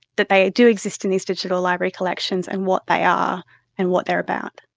that they do exist in these digital library collections and what they are and what they're about.